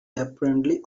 apparently